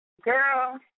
Girl